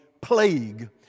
plague